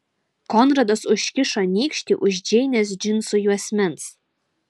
konradas užkišo nykštį už džeinės džinsų juosmens